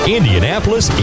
Indianapolis